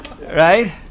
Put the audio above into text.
right